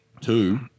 two